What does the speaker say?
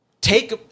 take